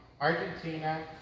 Argentina